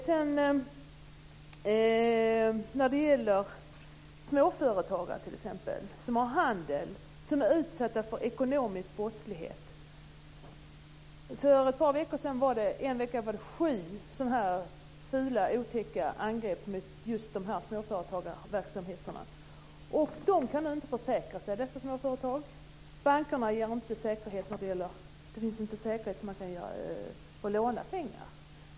Sedan om småföretagare som har handel och som är utsatta för ekonomisk brottslighet. För ett par veckor sedan var det sju fula otäcka angrepp mot småföretagarverksamhet. Dessa små företag kan inte försäkra sig. Bankerna ger dem inte säkerhet, man kan inte låna pengar.